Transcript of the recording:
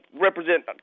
represent